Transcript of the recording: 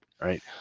right